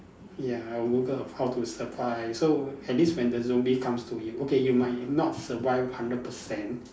ya I'll Google how to survive so at least when the zombie comes to you okay you might not survive hundred percent